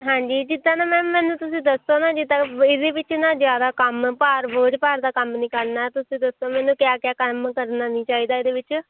ਹਾਂਜੀ ਜਿੱਦਾਂ ਨਾ ਮੈਮ ਮੈਨੂੰ ਤੁਸੀਂ ਦੱਸੋ ਨਾ ਜਿੱਦਾਂ ਇਹਦੇ ਵਿੱਚ ਨਾ ਜ਼ਿਆਦਾ ਕੰਮ ਭਾਰ ਬੋਝ ਭਾਰ ਦਾ ਕੰਮ ਨਹੀਂ ਕਰਨਾ ਤੁਸੀਂ ਦੱਸੋ ਮੈਨੂੰ ਕਿਆ ਕਿਆ ਕੰਮ ਕਰਨਾ ਨਹੀਂ ਚਾਹੀਦਾ ਇਹਦੇ ਵਿੱਚ